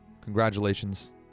congratulations